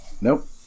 nope